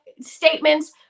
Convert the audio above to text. statements